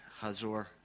Hazor